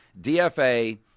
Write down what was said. DFA